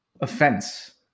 offense